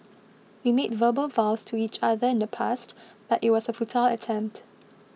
we made verbal vows to each other in the past but it was a futile attempt